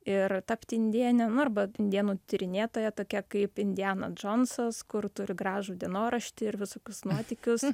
ir tapti indėne nu arba indėnų tyrinėtoja tokia kaip indiana džonsas kur turi gražų dienoraštį ir visokius nuotykius